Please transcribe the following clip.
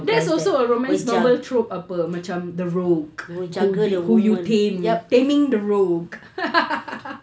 that's also a romance novel apa macam the rope who you tame taming the rope